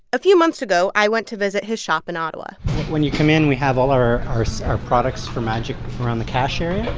a few months ago, i went to visit his shop in ottawa when you come in, we have all our our so products for magic around the cash area.